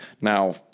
Now